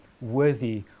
worthy